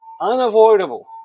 unavoidable